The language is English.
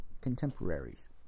contemporaries